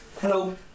Hello